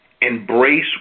Embrace